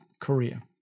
Korea